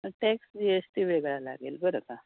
tax G S T वेगळा लागेल बरं का